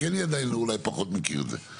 כי אני עדיין אולי פחות מכיר את זה.